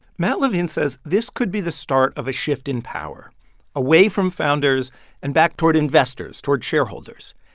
matt levine says this could be the start of a shift in power away from founders and back toward investors, toward shareholders.